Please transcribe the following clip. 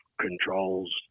controls